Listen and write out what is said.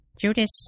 Judas